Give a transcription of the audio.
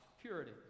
purity